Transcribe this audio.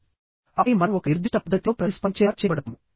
ఆపై మనం ఒక నిర్దిష్ట పద్ధతిలో ప్రతిస్పందించేలా చేయబడతాము